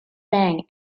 bang